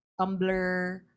Tumblr